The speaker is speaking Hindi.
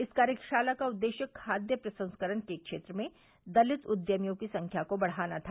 इस कार्यशाला का उद्देश्य खाद्य प्रसंस्करण के क्षेत्र में दलित उद्यमियों की संख्या को बढ़ाना था